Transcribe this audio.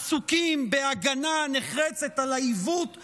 עסוקים בהגנה הנחרצת על העיוות המוסרי,